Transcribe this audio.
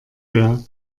wer